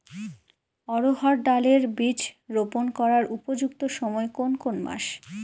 অড়হড় ডাল এর বীজ রোপন করার উপযুক্ত সময় কোন কোন মাস?